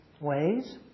ways